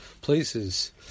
places